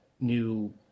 new